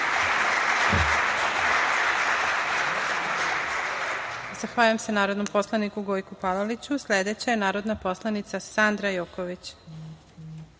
Zahvaljujem se narodnom poslaniku Gojku Palaliću. Sledeća je narodna poslanica Sandra Joković.